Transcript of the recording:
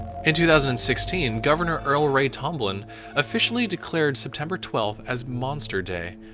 in two thousand and sixteen, governor earl ray tomblin officially declared september twelve as monster day.